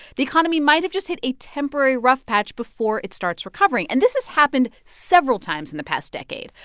the economy might have just hit a temporary rough patch before it starts recovering. and this has happened several times in the past decade.